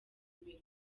imbere